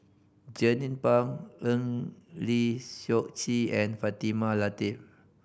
Jernnine Pang Eng Lee Seok Chee and Fatimah Lateef